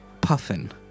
puffin